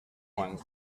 point